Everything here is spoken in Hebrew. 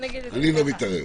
אני לא מתערב.